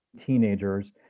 teenagers